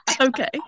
Okay